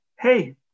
Hey